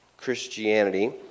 Christianity